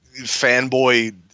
fanboy